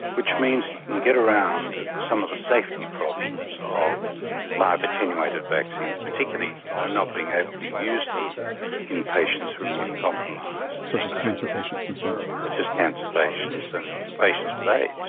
which means you can get around some of the safety problems of live attenuated vaccines, particularly and not being able to use them in patients who are immunocompromised. such as cancer patients and so on. such as cancer patients and patients with aids.